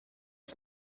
ist